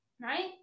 right